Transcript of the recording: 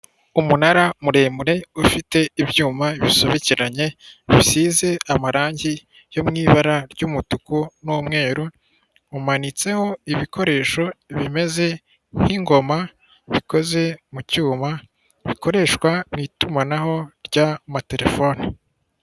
Umunara muremure ufite ibyuma bisobekeranye bisize amarangi yo mu ibara ry'umutuku n'umweru, umanitseho ibikoresho bimeze nk'ingoma bikoze mu cyuma bikoreshwa mu itumanaho ry'amatelefone.